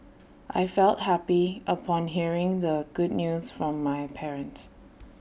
I felt happy upon hearing the good news from my parents